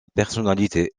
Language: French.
personnalité